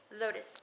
lotus